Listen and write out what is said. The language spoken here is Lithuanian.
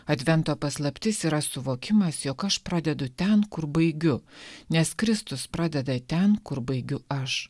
advento paslaptis yra suvokimas jog aš pradedu ten kur baigiu nes kristus pradeda ten kur baigiu aš